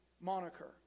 moniker